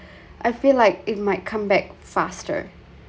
I feel like it might come back faster